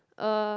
uh